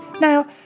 Now